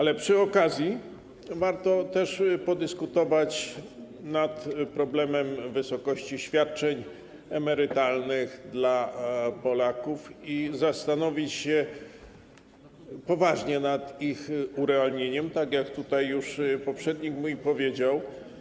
Ale przy okazji warto też podyskutować nad problemem wysokości świadczeń emerytalnych dla Polaków i zastanowić się poważnie nad ich urealnieniem, tak jak tutaj już poprzednik mój powiedział.